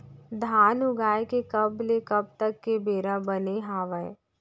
धान उगाए के कब ले कब तक के बेरा बने हावय?